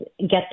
get